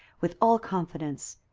with all confidence,